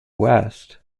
west